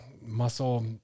muscle